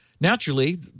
naturally